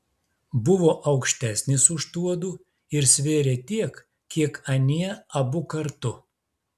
buvo aukštesnis už tuodu ir svėrė tiek kiek anie abu kartu